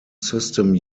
system